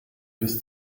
bis